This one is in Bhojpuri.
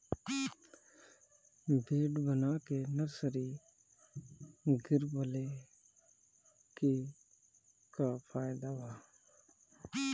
बेड बना के नर्सरी गिरवले के का फायदा बा?